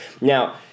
Now